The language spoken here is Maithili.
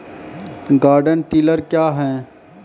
गार्डन टिलर क्या हैं?